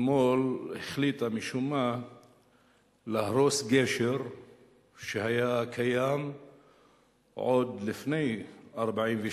אתמול החליטה משום מה להרוס גשר שהיה קיים עוד לפני 1948,